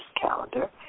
calendar